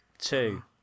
Two